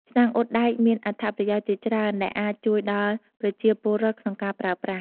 ឆ្នាំងអ៊ុតដែក មានអត្ថប្រយោជន៍ជាច្រើនដែលអាចជួយដល់ប្រជាពលរដ្ឋក្នុងការប្រើប្រាស់។